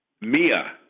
Mia